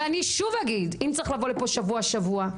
ואני שוב אגיד, אם צריך לבוא לפה שבוע, שבוע.